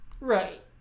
Right